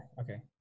Okay